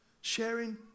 sharing